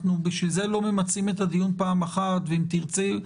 לכן אנחנו לא ממצים את הדיון פעם אחת ואם תרצו,